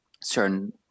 certain